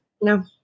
no